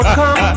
come